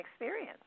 experience